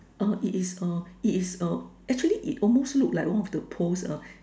uh it is uh it is uh actually it almost look like one of the post uh